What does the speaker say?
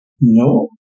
No